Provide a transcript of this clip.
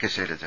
K Shailaja